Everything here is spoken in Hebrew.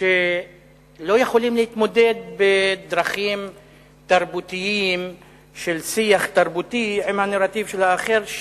שלא יכולים להתמודד בדרכים תרבותיות של שיח תרבותי עם הנרטיב של האחר,